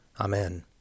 Amen